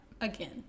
again